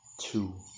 two